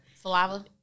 saliva